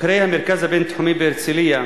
חוקרי המרכז הבין-תחומי בהרצלייה